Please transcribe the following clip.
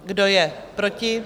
Kdo je proti?